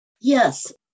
Yes